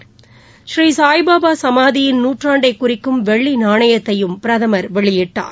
பூரீ சாய் பாபாசமாதியின் நூற்றாண்டைகுறிக்கம் வெள்ளிநாணயத்தையும் பிரதமர் வெளியிட்டார்